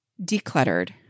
decluttered